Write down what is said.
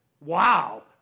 Wow